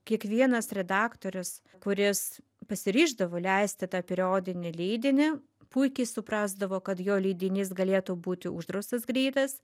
kiekvienas redaktorius kuris pasiryždavo leisti tą periodinį leidinį puikiai suprasdavo kad jo leidinys galėtų būti uždraustas greitas